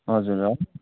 हजुर